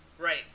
Right